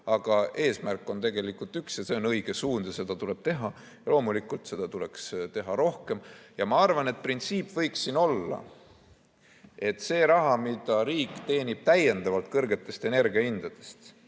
aga eesmärk on tegelikult üks ja see on õige suund ja seda tuleb teha. Loomulikult, seda tuleks teha rohkem. Ma arvan, et printsiip võiks siin olla selline, et see raha, mida riik teenib täiendavalt kõrgetest energiahindadest